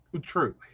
true